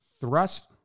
thrust